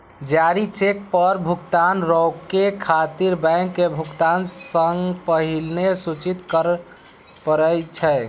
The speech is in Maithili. जारी चेक पर भुगतान रोकै खातिर बैंक के भुगतान सं पहिने सूचित करय पड़ै छै